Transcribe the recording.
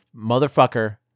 motherfucker